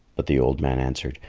but the old man answered,